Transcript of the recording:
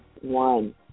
one